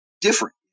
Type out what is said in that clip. different